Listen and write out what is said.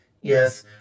Yes